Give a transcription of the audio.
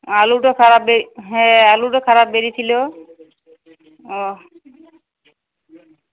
আলুটা খারাপ বে হ্যাঁ আলুটা খারাপ বেরিয়েছিলো ও